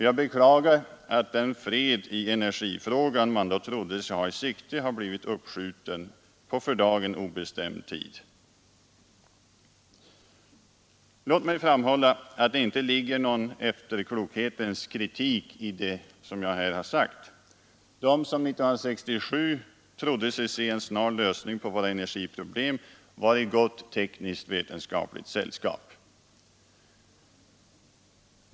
Jag beklagar att den fred i energifrågan man då trodde sig ha i sikte har blivit uppskjuten på för dagen obestämd tid. Låt mig framhålla att det inte ligger någon efterklokhetens kritik i det som jag här har sagt. De som 1967 trodde sig se en snar lösning på våra energiproblem var i gott tekniskt, vetenskapligt sällskap.